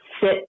sit